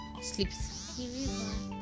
sleeps